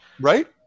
Right